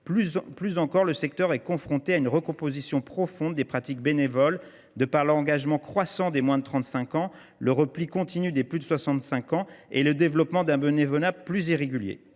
encore, le secteur est confronté à une recomposition profonde des pratiques bénévoles, en raison de l’engagement croissant des moins de 35 ans, le repli continu des plus de 65 ans et le développement d’un bénévolat plus irrégulier.